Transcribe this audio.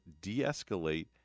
de-escalate